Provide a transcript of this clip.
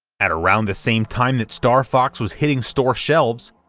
at around the same time that star fox was hitting store shelves,